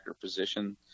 position